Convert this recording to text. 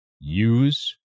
use